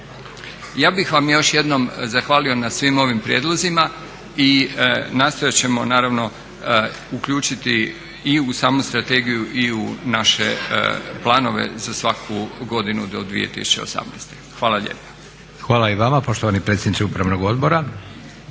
Ja bih vam još jednom zahvalio na svim ovim prijedlozima i nastojat ćemo naravno uključiti i u samu strategiju i u naše planove za svaku godinu do 2018. Hvala lijepa. **Leko, Josip (SDP)** Hvala i vama poštovani predsjedniče upravnog odbora.